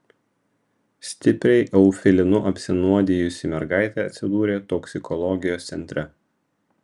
stipriai eufilinu apsinuodijusi mergaitė atsidūrė toksikologijos centre